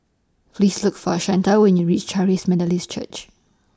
Please Look For Shanta when YOU REACH Charis Methodist Church